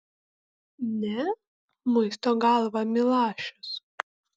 ne muisto galvą milašius